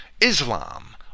Islam